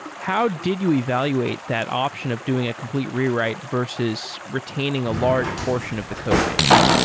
how did you evaluate that option of doing a complete rewrite versus retaining a large portion of the codebase?